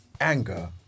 anger